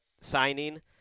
signing